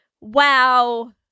wow